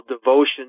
devotion